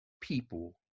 people